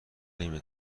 نیمه